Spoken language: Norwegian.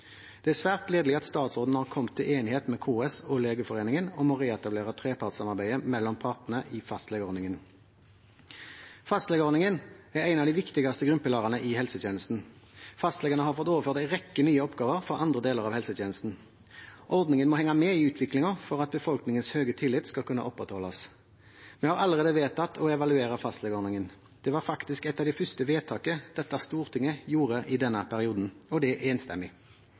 Det er svært gledelig at statsråden har kommet til enighet med KS og Legeforeningen om å reetablere trepartssamarbeidet mellom partene i fastlegeordningen. Fastlegeordningen er en av de viktigste grunnpilarene i helsetjenesten. Fastlegene har fått overført en rekke nye oppgaver fra andre deler av helsetjenesten. Ordningen må henge med i utviklingen for at befolkningens høye tillit skal kunne opprettholdes. Vi har allerede vedtatt å evaluere fastlegeordningen. Det var faktisk et av de første vedtakene dette Stortinget gjorde i denne perioden, og det enstemmig.